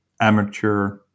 amateur